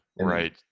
Right